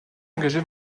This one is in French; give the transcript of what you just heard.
engagé